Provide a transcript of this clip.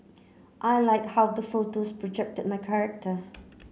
I like how the photos projected my character